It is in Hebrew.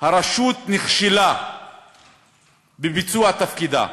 הרשות נכשלה בביצוע תפקידה,